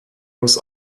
muss